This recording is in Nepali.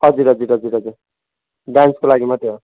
हजुर हजुर हजुर हजुर डान्सको लागि मात्रै हो